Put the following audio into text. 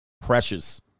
precious